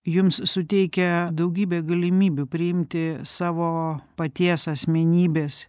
jums suteikia daugybę galimybių priimti savo paties asmenybės